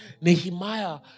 Nehemiah